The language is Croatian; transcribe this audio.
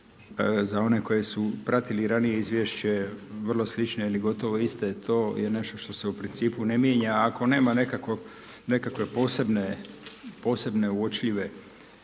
za one koji su pratili ranije izvješće vrlo slične ili gotovo iste to je nešto što se u principu ne mijenja. Ako nema nekakvog, nekakve posebne uočljive situacije.